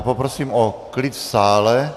Poprosím o klid v sále.